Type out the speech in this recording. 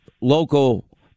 local